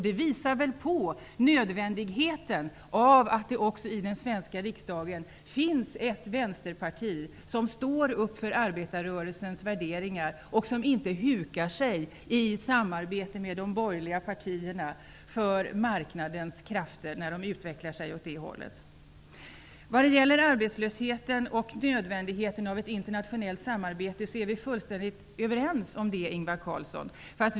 Det visar på nödvändigheten av att det också i den svenska riksdagen finns ett vänsterparti, som står för arbetarrörelsens värderingar och som inte hukar sig i samarbete med de borgerliga partierna för marknadens krafter. Vad gäller arbetslösheten och nödvändigheten av ett internationellt samarbete är vi fullständigt överens.